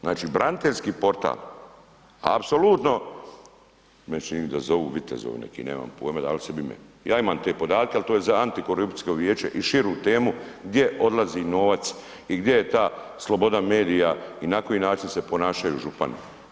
Znači braniteljski portal, apsolutno, meni se čini da zovu vitezovi neki, nemam pojma, dali sebi ime, ja imam te podatke ali to je za antikorupcijsko vijeće i širu temu gdje odlazi novac i gdje je ta sloboda medija i na koji način se ponašaju župani.